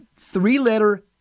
three-letter